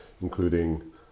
Including